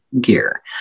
gear